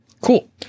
Cool